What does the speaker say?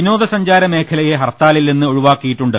വിനോദ സഞ്ചാരമേഖലയെ ഹർത്താലിൽനിന്ന് ഒഴിവാക്കിയിട്ടുണ്ട്